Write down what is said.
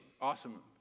awesome